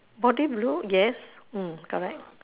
body blue yes mm correct